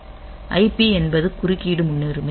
IP என்பது குறுக்கீடு முன்னுரிமை